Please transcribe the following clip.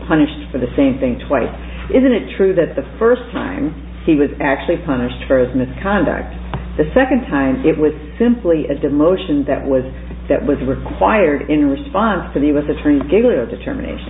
punished for the same thing twice isn't it true that the first time he was actually punished for his misconduct the second time it was simply a demotion that was that was required in response to